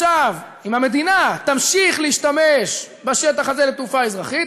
אם המדינה תמשיך להשתמש בשטח הזה לתעופה אזרחית,